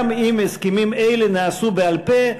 גם אם הסכמים אלה נעשו בעל-פה.